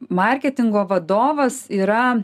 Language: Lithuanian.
marketingo vadovas yra